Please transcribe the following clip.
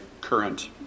current